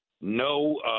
no